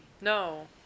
No